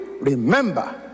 remember